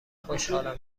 خوشحالم